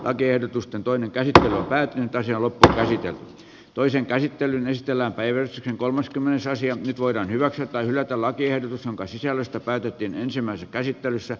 lakiehdotusten toinen käsittely on päättynyt olisi ollut täällä sitten toisen käsittelyn estellä päiväksi kolmaskymmenes nyt voidaan hyväksyä tai hylätä lakiehdotus jonka sisällöstä päätettiin ensimmäisessä käsittelyssä